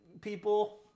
people